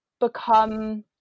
become